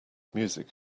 music